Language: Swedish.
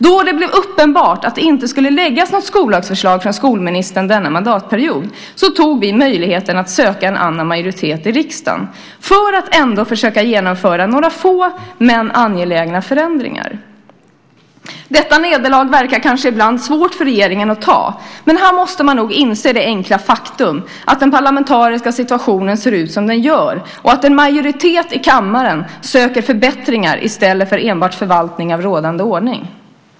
Då det blev uppenbart att det inte skulle läggas fram något skollagsförslag från skolministern under denna mandatperiod tog vi möjligheten att söka en annan majoritet i riksdagen för att ändå försöka genomföra några få men angelägna förändringar. Detta nederlag verkar ibland svårt för regeringen att ta, men här måste man nog inse det enkla faktum att den parlamentariska situationen ser ut som den gör och att en majoritet i kammaren söker förbättringar i stället för enbart förvaltning av rådande ordning.